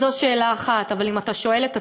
זו שאלה אחת, אבל אם אתה שואל את הציבור: